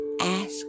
ask